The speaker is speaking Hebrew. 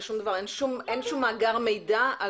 אין שום מאגר מידע?